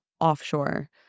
offshore